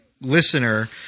listener